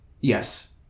Yes